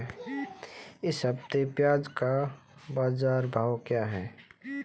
इस हफ्ते प्याज़ का बाज़ार भाव क्या है?